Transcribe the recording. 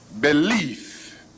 belief